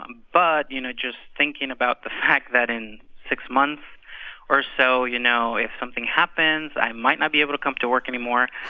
um but, you know, just thinking about the fact that in six months or so, you know, if something happens i might not be able to come to work anymore.